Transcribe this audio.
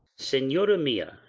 senora mia,